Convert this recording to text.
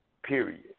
Period